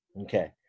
Okay